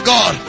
God